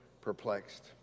perplexed